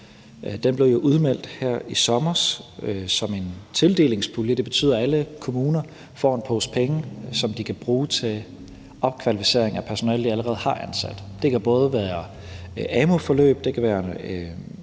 Den blev jo meldt ud her i sommer som en tildelingspulje. Det betyder, at alle kommuner får en pose penge, som de kan bruge til opkvalificering af personale, som de allerede har ansat. Det kan både være gennem amu-forløb, og det kan være